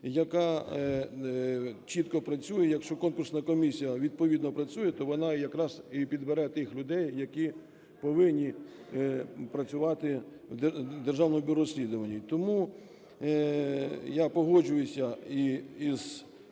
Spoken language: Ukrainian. яка чітко працює. Якщо конкурсна комісія відповідно працює, то вона якраз і підбере тих людей, які повинні працювати в Державному бюро розслідувань. Тому я погоджуюсь і